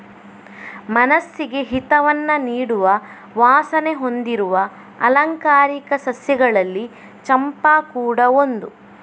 ಮನಸ್ಸಿಗೆ ಹಿತವನ್ನ ನೀಡುವ ವಾಸನೆ ಹೊಂದಿರುವ ಆಲಂಕಾರಿಕ ಸಸ್ಯಗಳಲ್ಲಿ ಚಂಪಾ ಕೂಡಾ ಒಂದು